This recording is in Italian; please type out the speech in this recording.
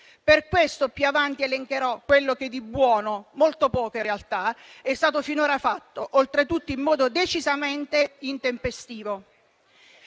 Per questo, più avanti elencherò quello che di buono - molto poco, in realtà - è stato finora fatto, oltretutto in modo decisamente intempestivo.